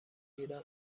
ایران